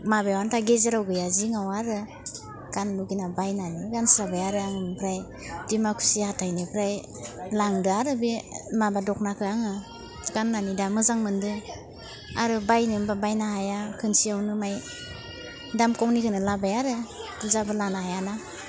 माबायाव आन्था गेजेराव गैया जिङाव आरो गाननो लुगैना बायनानै गानस्राबाय आरो आं ओमफ्राय डिमाकुसि हाथाइनिफ्राय लांदो आरो बे माबा दख'नाखौ आङो गान्नानै दा मोजां मोनदों आरो बायनो होम्बा बायनो हाया खनसेयावनो एसे दाम खमनिखौनो लाबोबाय आरो बुरजाबो लानो हायाना